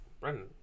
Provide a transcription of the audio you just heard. Brendan